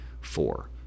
four